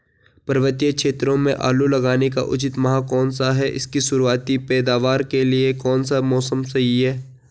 पर्वतीय क्षेत्रों में आलू लगाने का उचित माह कौन सा है इसकी शुरुआती पैदावार के लिए कौन सा मौसम सही है?